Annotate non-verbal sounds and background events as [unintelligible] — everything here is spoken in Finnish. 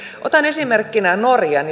otan esimerkkinä norjan [unintelligible]